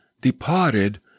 departed